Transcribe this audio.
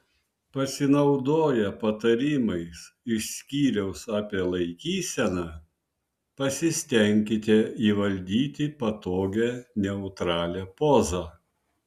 pasinaudoję patarimais iš skyriaus apie laikyseną pasistenkite įvaldyti patogią neutralią pozą